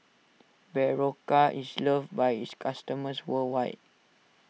Berocca is loved by its customers worldwide